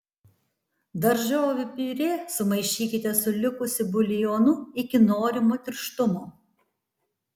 daržovių piurė sumaišykite su likusiu buljonu iki norimo tirštumo